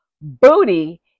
Booty